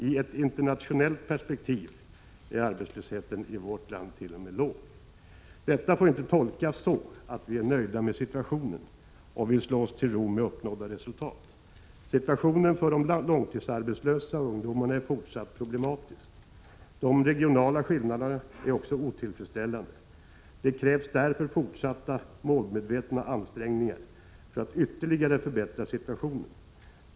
I ett internationellt perspektiv är arbetslösheten i vårt land t.o.m. låg. Detta får inte tolkas så att vi är nöjda med situationen och vill slå oss till ro med uppnådda resultat. Situationen för de långtidsarbetslösa ungdomarna är fortfarande problematisk. De regionala skillnaderna är också otillfredsställande. Det krävs därför fortsatta målmedvetna ansträngningar för att ytterligare förbättra situationen.